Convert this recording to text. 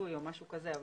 כיסוי או משהו כזה,